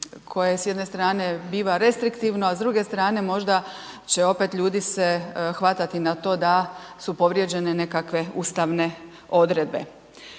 koje s jedne strane biva restriktivno, a s druge strane možda će opet ljudi se hvatati na to da su povrijeđene nekakve ustavne odredbe.